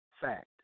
fact